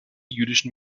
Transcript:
jüdischen